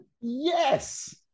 yes